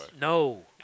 No